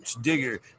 Digger